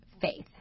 faith